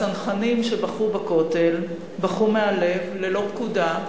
הצנחנים שבכו בכותל בכו מהלב, ללא פקודה,